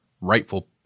rightful